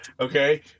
Okay